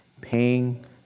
paying